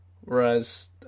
Whereas